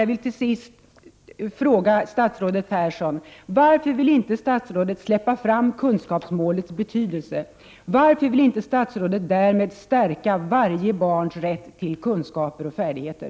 Jag vill till sist fråga statsrådet Persson: Varför vill inte statsrådet släppa fram kunskapsmålets betydelse? Varför vill inte statsrådet därmed stärka varje barns rätt till kunskaper och färdigheter?